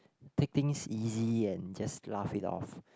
take things easy and just laugh it off